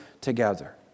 together